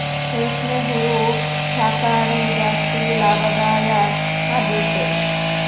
ರೇಷ್ಮೆ ಹುಳು ಸಾಕಣೆ ಜಾಸ್ತಿ ಲಾಭದಾಯ ಆಗೈತೆ